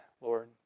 Lord